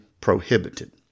prohibited